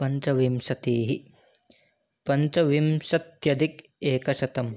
पञ्चविंशतिः पञ्चविंशत्यधिक एकशतं